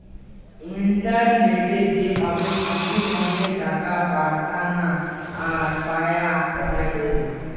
ইন্টারনেটে যে ভাবে সঙ্গে সঙ্গে টাকা পাঠানা আর পায়া যাচ্ছে